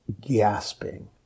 gasping